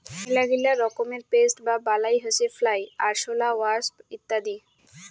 মেলাগিলা রকমের পেস্ট বা বালাই হসে ফ্লাই, আরশোলা, ওয়াস্প ইত্যাদি